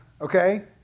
okay